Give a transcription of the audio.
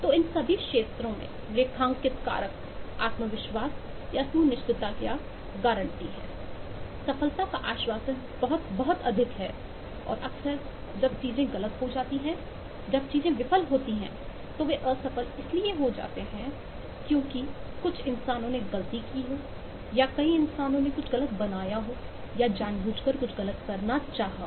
तो इन सभी क्षेत्रों में रेखांकित कारक आत्मविश्वास या सुनिश्चितता या गारंटी है सफलता का आश्वासन बहुत बहुत अधिक है और अक्सर जब चीजें गलत हो जाती हैं जब चीजें विफल होती हैं तो वे असफल इसलिए हो जाते हैं कि कुछ इंसानों ने गलती की है या कई इंसानों ने कुछ गलत बनाया है या कुछ जानबूझकर गलत करना चाहता है